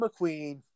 McQueen